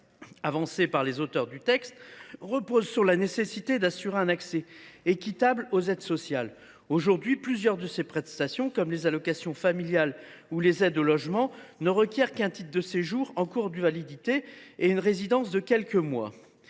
avancés par les auteurs du texte repose sur la nécessité d’assurer un accès équitable aux aides sociales. Aujourd’hui, plusieurs de ces prestations, comme les allocations familiales ou les aides au logement, ne requièrent qu’un titre de séjour en cours de validité et une résidence de quelques mois.